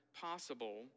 possible